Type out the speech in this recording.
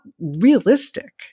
realistic